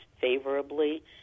favorably